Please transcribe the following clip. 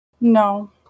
No